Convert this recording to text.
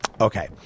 Okay